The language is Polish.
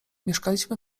mieszkaliśmy